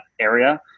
area